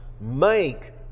make